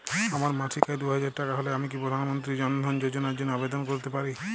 আমার মাসিক আয় দুহাজার টাকা হলে আমি কি প্রধান মন্ত্রী জন ধন যোজনার জন্য আবেদন করতে পারি?